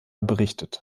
berichtet